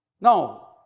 No